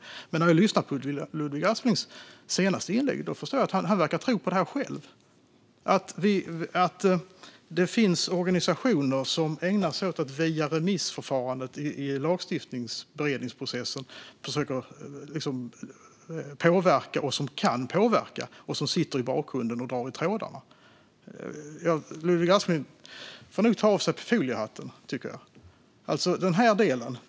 Men efter att ha lyssnat på Ludvig Asplings senaste inlägg förstår jag att han verkar tro på det själv - att det finns organisationer som ägnar sig åt att via remissförfarandet i lagstiftningsberedningsprocessen försöka påverka, som kan påverka och som sitter i bakgrunden och drar i trådarna. Jag tycker att Ludvig Aspling får ta av sig foliehatten.